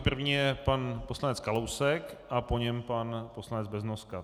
První je pan poslanec Kalousek a po něm pan poslanec Beznoska.